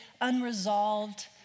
unresolved